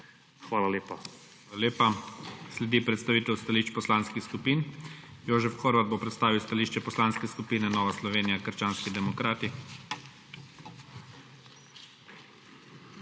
ZORČIČ:** Hvala lepa. Sledi predstavitev stališč poslanskih skupin. Jožef Horvat bo predstavil stališče Poslanske skupine Nova Slovenija - krščanski demokrati.